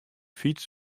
fyts